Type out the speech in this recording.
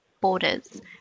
borders